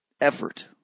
effort